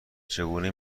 چگونه